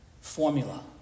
formula